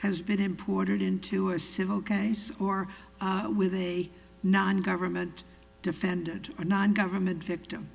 has been imported into a civil case or with a non government defend non government victim